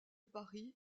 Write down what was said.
paris